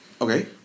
Okay